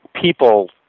people